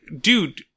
dude